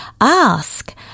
ask